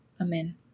Amen